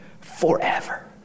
forever